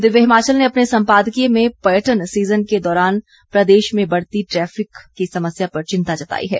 दिव्य हिमाचल ने अपने संपादकीय में पर्यटन सीज़न के दौरान प्रदेश में बढ़ती ट्रैफिक की समस्या पर चिंता जताई है